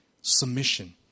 submission